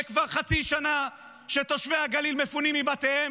וכבר חצי שנה שתושבי הגליל מפונים מבתיהם